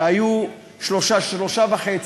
שלושה וחצי,